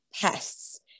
pests